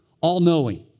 All-knowing